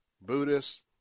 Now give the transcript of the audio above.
Buddhist